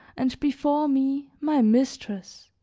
and before me my mistress,